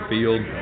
Field